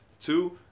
Two